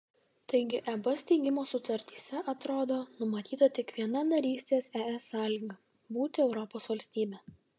taigi eb steigimo sutartyse atrodo numatyta tik viena narystės es sąlyga būti europos valstybe